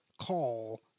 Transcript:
call